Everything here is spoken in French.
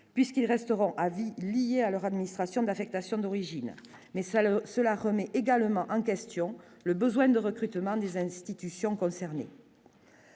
puisqu'ils resteront à vie lié à leur administration d'affectation d'origine mais cela, cela remet également en question le besoin de recrutement des institutions concernées,